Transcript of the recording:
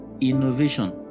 innovation